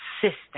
system